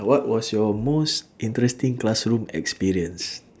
what was your most interesting classroom experience